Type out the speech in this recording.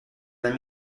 d’un